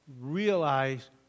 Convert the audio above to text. realize